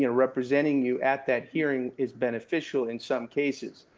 you know representing you at that hearing is beneficial in some cases,